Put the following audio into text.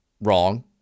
wrong